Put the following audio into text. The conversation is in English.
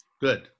Good